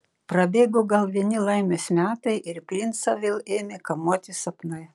prabėgo gal vieni laimės metai ir princą vėl ėmė kamuoti sapnai